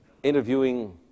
interviewing